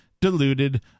deluded